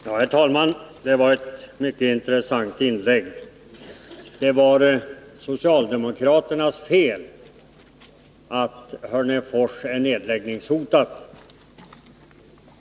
Herr talman! Det var ett mycket intressant inlägg — påståendet att det var socialdemokraternas fel att Hörnefors är nedläggningshotat.